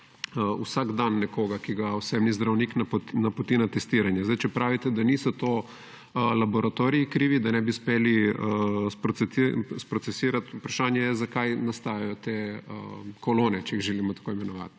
vsakdan nekoga, ki ga osebni zdravnik napoti na testiranje. Če pravite, da laboratoriji niso krivi za to, da ne bi uspeli sprocesirati, je vprašanje, zakaj nastajajo te kolone, če jih želimo tako imenovati.